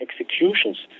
executions